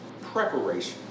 preparation